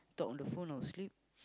talk on the phone or sleep